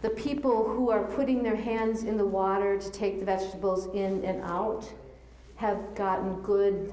the people who are putting their hands in the water to take the vegetables in now and have gotten good